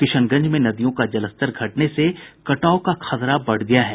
किशनगंज में नदियों का जलस्तर घटने से कटाव का खतरा बढ़ गया है